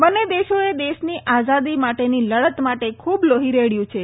બંને દેશોએ દેશની આઝાદી માટેની લડત માટે ખૂબ લોહી રેળ્યું છે